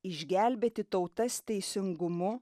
išgelbėti tautas teisingumu